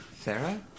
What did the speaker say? Sarah